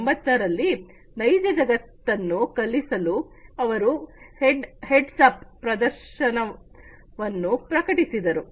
1980 ರಲ್ಲಿ ನೈಜ ಜಗತ್ತನ್ನು ಕಲಿಸಲು ಅವರು ಹೆಡ್ಸ್ ಅಪ್ ಪ್ರದರ್ಶನವನ್ನು ಪ್ರಕಟಿಸಿದರು